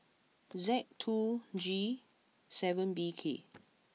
Z two G seven B K